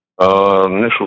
Initial